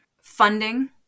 funding